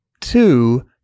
two